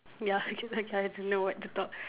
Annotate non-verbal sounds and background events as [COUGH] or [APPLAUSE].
ya [LAUGHS] I don't know what to talk